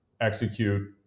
execute